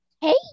Hey